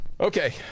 Okay